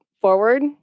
forward